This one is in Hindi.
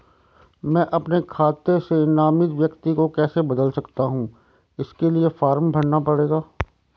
मैं अपने खाते से नामित व्यक्ति को कैसे बदल सकता हूँ इसके लिए फॉर्म भरना पड़ेगा?